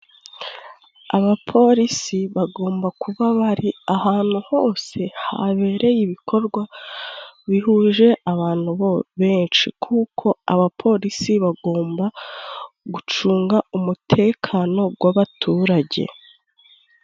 Abapolisi bagomba kuba bari ahantu hose, habereye ibikorwa bihuje abantu benshi, kuko abapolisi bagomba gucunga umutekano w'abaturage.